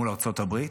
מול ארצות הברית.